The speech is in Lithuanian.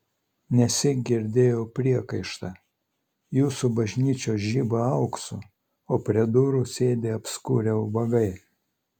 nesyk girdėjau priekaištą jūsų bažnyčios žiba auksu o prie durų sėdi apskurę ubagai